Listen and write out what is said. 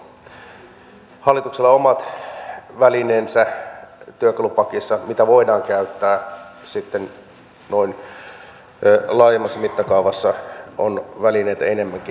hallituksella on omat välineensä työkalupakissa mitä voidaan käyttää sitten noin laajemmassa mittakaavassa on välineitä enemmänkin